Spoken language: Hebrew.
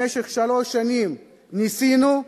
במשך שלוש שנים ניסינו,